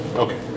Okay